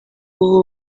ubu